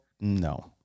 No